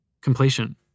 Completion